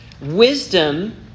Wisdom